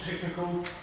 technical